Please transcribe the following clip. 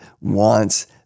wants